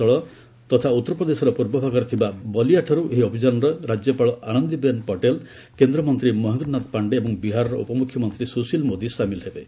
ସେହିଭଳି ରାକ୍ୟରୁ ଗଙ୍ଗାର ପ୍ରସ୍ଥାନସ୍ଥଳ ତଥା ଉତ୍ତରପ୍ରଦେଶର ପୂର୍ବଭାଗରେ ଥିବା ବଲିଆଠାରୁ ଏହି ଅଭିଯାନରେ ରାଜ୍ୟପାଳ ଆନନ୍ଦିବେନ୍ ପଟେଲ୍ କେନ୍ଦ୍ରମନ୍ତ୍ରୀ ମହେନ୍ଦ୍ରନାଥ ପାଣ୍ଡେ ଏବଂ ବିହାରର ଉପମୁଖ୍ୟମନ୍ତ୍ରୀ ସୁଶୀଲ ମୋଦି ସାମିଲ ହେବେ